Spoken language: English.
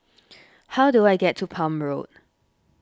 how do I get to Palm Road